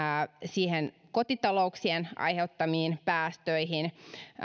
kotitalouksien aiheuttamiin päästöihin